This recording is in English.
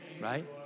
Right